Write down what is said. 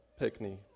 Pickney